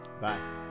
Bye